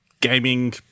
gaming